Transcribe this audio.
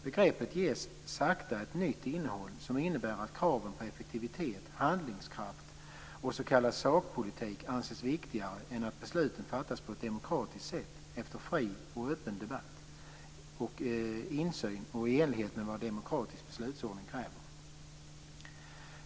Begreppet ges sakta ett nytt innehåll som innebär att kraven på effektivitet, handlingskraft och s.k. sakpolitik anses viktigare än att besluten fattas på ett demokratiskt sätt efter fri och öppen debatt, med insyn och i enlighet med vad demokratisk beslutsordning kräver.